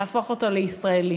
להפוך אותו ל"ישראלי".